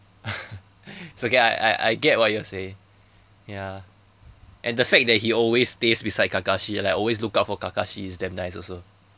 it's okay ah I I I get what you are saying ya and the fact that he always stays beside kakashi like always look out for kakashi is damn nice also